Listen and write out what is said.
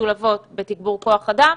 משולבות בתגבור כוח אדם,